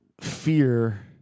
fear